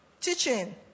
teaching